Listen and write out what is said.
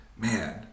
Man